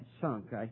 sunk